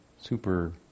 super